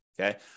Okay